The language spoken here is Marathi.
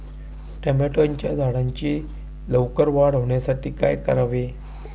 टोमॅटोच्या झाडांची लवकर वाढ होण्यासाठी काय करावे?